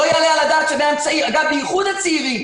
זה בייחוד נכון לגבי הצעירים